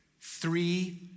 Three